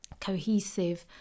cohesive